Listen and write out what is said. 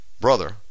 brother